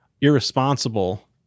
irresponsible